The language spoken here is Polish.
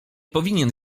powinien